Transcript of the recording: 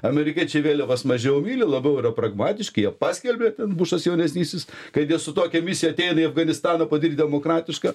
amerikiečiai vėliavas mažiau myli labiau yra pragmatiški jie paskelbė bušas jaunesnysis kad jie su tokia misija ateina į afganistaną padaryt demokratišką